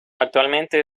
actualmente